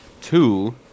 Two